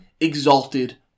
Exalted